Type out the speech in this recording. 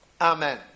Amen